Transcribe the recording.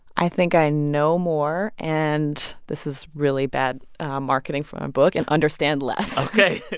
i think i know more and this is really bad marketing for my book and understand less ok.